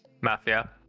Mafia